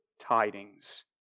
tidings